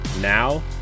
now